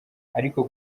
ariko